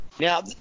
Now